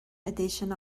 edition